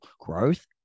growth